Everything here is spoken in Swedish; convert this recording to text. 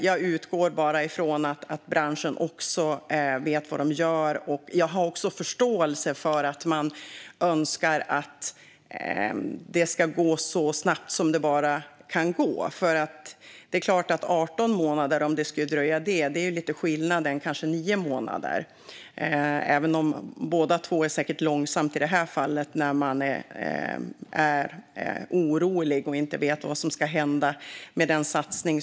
Jag utgår bara från att branschen också vet vad de gör, och jag har förståelse för att man önskar att det ska gå så snabbt som det bara kan. Det är ändå skillnad mellan 18 och 9 månader, även om det i båda fallen handlar om lång tid när man är orolig och inte vet vad som ska hända med ens satsning.